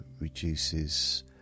reduces